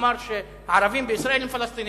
אמר שהערבים בישראל הם פלסטינים,